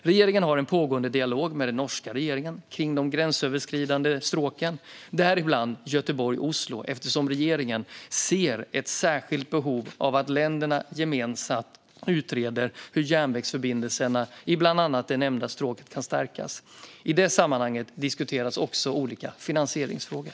Regeringen har en pågående dialog med den norska regeringen kring de gränsöverskridande stråken, däribland Göteborg-Oslo, eftersom regeringen ser ett särskilt behov av att länderna gemensamt utreder hur järnvägsförbindelserna i bland annat det nämnda stråket kan stärkas. I det sammanhanget diskuteras också olika finansieringsfrågor.